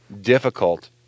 difficult